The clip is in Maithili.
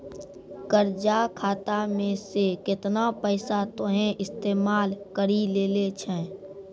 कर्जा खाता मे से केतना पैसा तोहें इस्तेमाल करि लेलें छैं